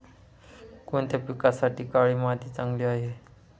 कोणत्या पिकासाठी काळी माती चांगली आहे?